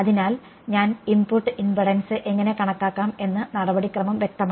അതിനാൽ ഞാൻ input impedance എങ്ങനെ കണക്കാക്കാം എന്ന നടപടിക്രമം വ്യക്തമാണ്